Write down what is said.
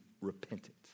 repentant